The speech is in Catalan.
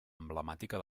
emblemàtica